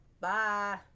Bye